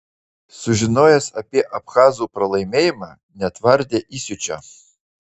sužinojęs apie abchazų pralaimėjimą netvardė įsiūčio